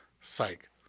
psych